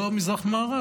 לא כמזרח ממערב,